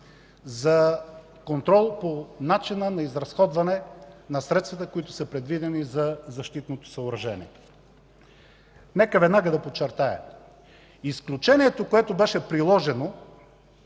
за контрол по начина на изразходване на средствата, предвидени за защитното съоръжение. Нека веднага да подчертая – изключенията, които бяха приложени